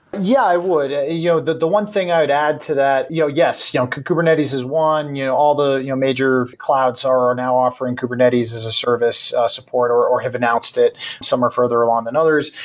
yeah, i would. ah you know, the the one thing i would add to that, you yeah yes, yeah kubernetes has won, you know, all the you know major clouds are are now offering kubernetes as a service support or or have announced it some are further along than others.